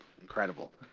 incredible